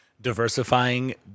diversifying